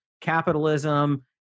capitalism